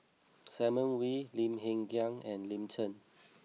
Simon Wee Lim Hng Kiang and Lin Chen